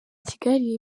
kigali